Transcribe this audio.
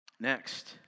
Next